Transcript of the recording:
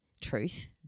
Truth